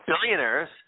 billionaires